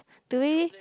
do we